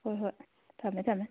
ꯍꯣꯏ ꯍꯣꯏ ꯊꯝꯃꯦ ꯊꯝꯃꯦ